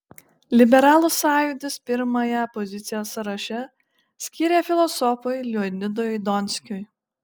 liberalų sąjūdis pirmąją poziciją sąraše skyrė filosofui leonidui donskiui